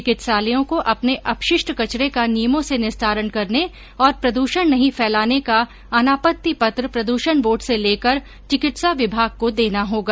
चिकित्सालयों को अपने अपशिष्ट कचरे का नियमों से निस्तारण करने और प्रद्षण नहीं फैलाने का अनापत्ति पत्र प्रदूषण बोर्ड से लेकर चिकित्सा विभाग को देना होगा